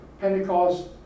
Pentecost